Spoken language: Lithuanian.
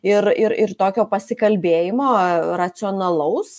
ir ir ir tokio pasikalbėjimo racionalaus